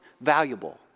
valuable